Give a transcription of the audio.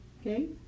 Okay